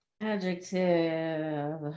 Adjective